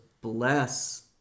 bless